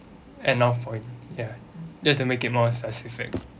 at north point ya just to make it more specific